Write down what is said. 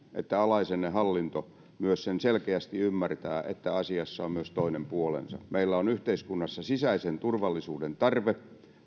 että alaisenne hallinto myös sen selkeästi ymmärtää että asiassa on myös toinen puolensa meillä on yhteiskunnassa sisäisen turvallisuuden tarve